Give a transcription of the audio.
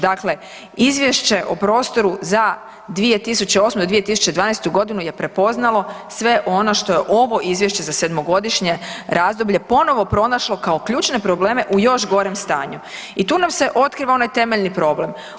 Dakle izvješće o prostoru za 2008.—2012. je prepoznalo sve ono što je ovo Izvješće za 7-godišnje razdoblje ponovo pronašlo kao ključne probleme u još gorem stanju i tu nam se otkriva onaj temeljni problem.